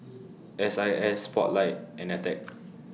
S I S Spotlight and Attack